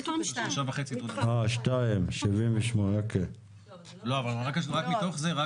מתחם 2. אבל מתוך זה,